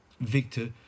Victor